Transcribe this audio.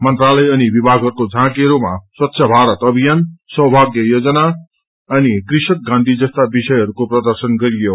मंत्रालय अनिविभागहरूको झाँकीहरूमा स्वच्छ भारत अभियान सौभाग्य योजना अनि कृषक गान्धी जस्ता विषयहरूको प्रर्दशन गरियो